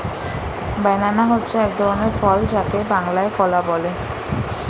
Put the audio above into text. banana হচ্ছে এক ধরনের ফল যাকে বাংলায় কলা বলে